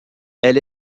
elle